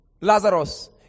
Lazarus